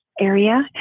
area